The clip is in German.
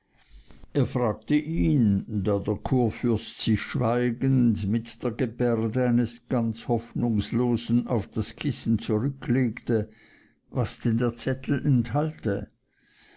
er fragte ihn da der kurfürst sich schweigend mit der gebärde eines ganz hoffnungslosen auf das kissen zurücklegte was denn der zettel enthalte